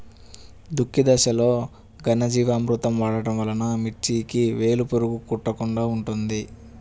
దుక్కి దశలో ఘనజీవామృతం వాడటం వలన మిర్చికి వేలు పురుగు కొట్టకుండా ఉంటుంది?